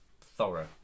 thorough